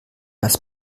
das